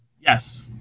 Yes